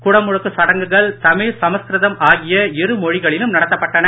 குடமுழுக்குச் சடங்குகள் தமிழ் சமஸ்கிருதம் ஆகிய இரு மொழிகளிலும் நடத்தப்பட்டன